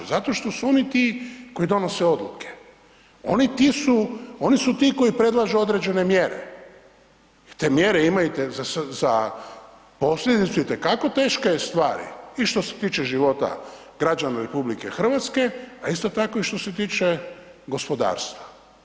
Zato što su oni ti koji donose odluke, oni su ti koji predlažu određene mjere i te mjere imaju za posljedicu itekako teške stvari i što se tiče života građana RH a isto tako i što se tiče gospodarstva.